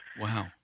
Wow